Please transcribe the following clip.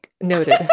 Noted